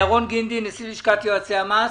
ירון גינדי, נשיא לשכת יועצי המס.